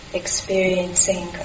experiencing